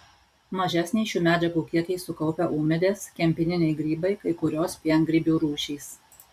mažesnį šių medžiagų kiekį sukaupia ūmėdės kempininiai grybai kai kurios piengrybių rūšys